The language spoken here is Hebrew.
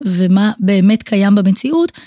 ומה באמת קיים במציאות.